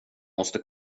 måste